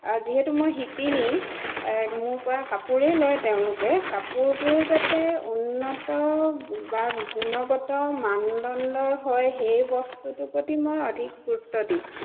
যিহেতু মই শিপিনী মোৰপৰা কাপোৰেই লয় তেওঁলোকে কাপোৰবোৰ যাতে উন্নত বা গুণগত মানদণ্ডৰ হয় সেই বস্তুটোৰ প্ৰতি মই অধিক গুৰুত্ব দিওঁ